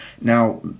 Now